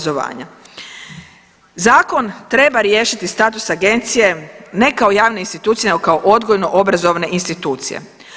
Zakon treba riješiti status agencije ne kao javne institucije nego kao odgojno-obrazovne institucije.